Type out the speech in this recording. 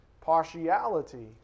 Partiality